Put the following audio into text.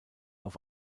auf